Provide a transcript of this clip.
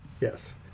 yes